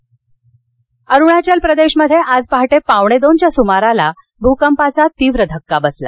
भकंप अरुणाचल प्रदेशमध्ये आज पहाटे पावणेदोनच्या सुमारास भूकंपाचा तीव्र धक्का बसला